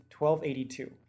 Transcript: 1282